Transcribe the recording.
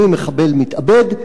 אני מחבל מתאבד,